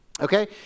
Okay